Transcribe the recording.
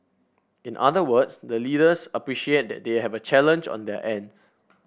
in other words the leaders appreciate that they have a challenge on their ends